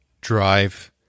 drive